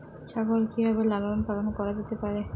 ছাগল কি ভাবে লালন পালন করা যেতে পারে?